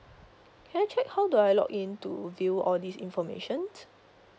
can I check how do I log in to view all these informations